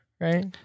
right